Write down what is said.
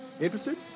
Interested